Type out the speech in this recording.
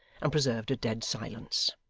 and preserved a dead silence.